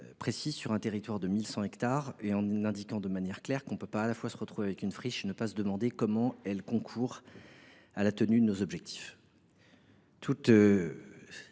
précise sur un territoire de 1 100 hectares, en indiquant de manière claire qu’on ne peut pas à la fois se retrouver avec une friche et ne pas se demander comment elle peut concourir à l’atteinte de nos objectifs. Je